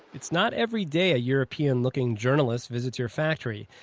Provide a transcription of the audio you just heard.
it's not every day a european-looking journalist visits your factory.